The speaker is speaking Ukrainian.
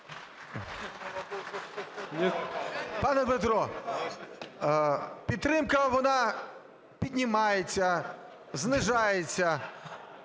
Пане Дмитро, підтримка, вона піднімається, знижується…